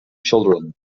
children